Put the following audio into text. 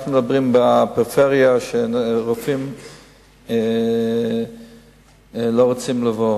אנחנו מדברים על כך שרופאים לא רוצים ללכת לפריפריה.